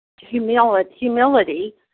humility